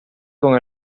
con